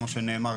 כמו שנאמר,